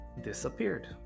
disappeared